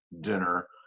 dinner